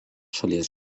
šalies